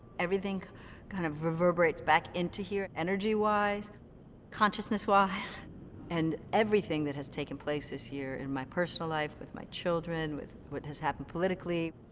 everything kind of reverberates back into here, energy-wise consciousness-wise and everything that has taken place this year in my personal life, with my children, with what has happened politically.